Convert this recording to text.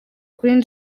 kuri